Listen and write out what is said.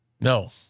No